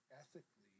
ethically